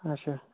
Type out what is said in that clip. اچھا